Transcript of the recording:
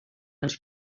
als